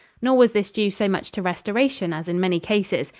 nor was this due so much to restoration as in many cases.